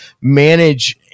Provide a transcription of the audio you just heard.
manage